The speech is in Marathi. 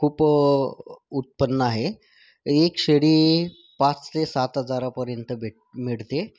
खूप उत्पन्न आहे एक शेळी पाच ते सात हजारापर्यंत भेट मिळते